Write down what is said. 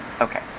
okay